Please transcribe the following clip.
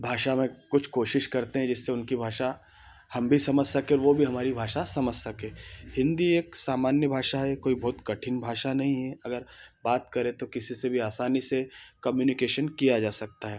भाषा में कुछ कोशिश करते हैं जिससे उनकी भाषा हम भी समझ सके वो भी हमारी भाषा समझ सके हिंदी एक सामान्य भाषा है कोई बहुत कठिन भाषा नहीं है अगर बात करें तो किसी से भी आसानी से कम्युनिकेशन किया जा सकता है